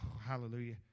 hallelujah